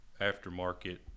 aftermarket